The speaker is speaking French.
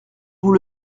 vous